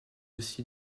aussi